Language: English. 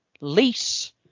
Lease